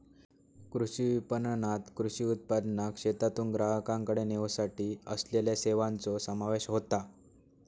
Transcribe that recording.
कृषी विपणणात कृषी उत्पादनाक शेतातून ग्राहकाकडे नेवसाठी असलेल्या सेवांचो समावेश होता